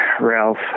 Ralph